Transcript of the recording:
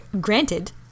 Granted